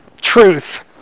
Truth